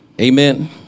Amen